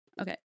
okay